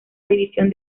división